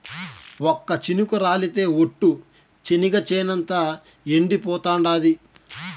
ఒక్క చినుకు రాలితె ఒట్టు, చెనిగ చేనంతా ఎండిపోతాండాది